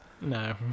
No